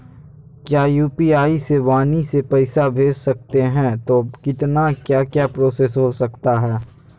क्या यू.पी.आई से वाणी से पैसा भेज सकते हैं तो कितना क्या क्या प्रोसेस हो सकता है?